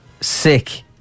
sick